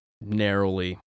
narrowly